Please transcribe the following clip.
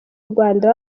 rwanda